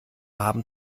haben